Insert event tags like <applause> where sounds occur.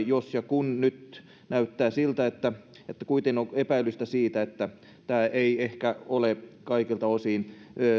<unintelligible> jos ja kun nyt näyttää siltä että että kuitenkin on epäilystä siitä että tämä ei ehkä ole kaikilta osin